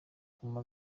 guha